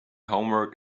homework